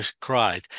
cried